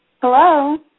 Hello